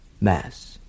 Mass